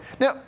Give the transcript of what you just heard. Now